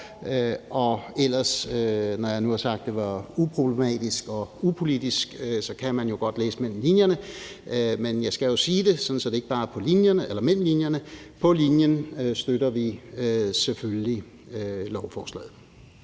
går. Når nu jeg har sagt, at det var uproblematisk og upolitisk, så kan man jo godt læse mellem linjerne – men jeg skal jo sige det, så det ikke bare står mellem linjerne, men også på linjerne – at vi selvfølgelig støtter lovforslaget.